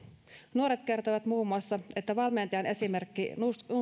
nuoret kertoivat muun muassa että valmentajan esimerkki